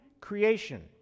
creation